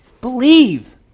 believe